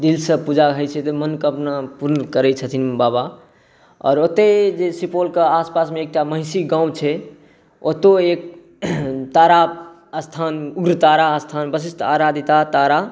दिलसँ पूजा होइ छै तऽ मनोकामना पूर्ण करै छथिन बाबा आओर ओतय जे सुपौलक आस पास एकटा महिषी गाँव छै ओतौ एक तारा स्थान उग्रतारा स्थान विशिष्ट अराधिता तारा